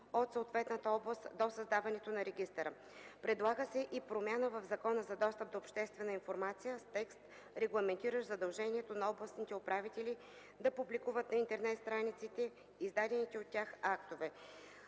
задължението на областните управители да публикуват на интернет страниците издадените от тях актове.